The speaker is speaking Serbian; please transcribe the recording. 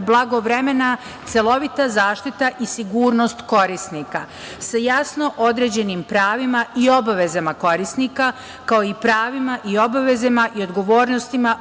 blagovremena celovita zaštita i sigurnost korisnika sa jasno određenim pravima i obavezama korisnika, kao i pravima, obavezama i odgovornostima